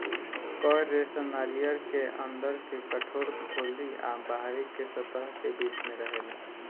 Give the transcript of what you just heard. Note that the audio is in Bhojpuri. कॉयर रेशा नारियर के अंदर के कठोर खोली आ बाहरी के सतह के बीच में रहेला